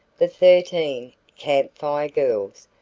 the thirteen camp fire girls,